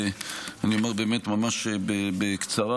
אני אומר ממש בקצרה.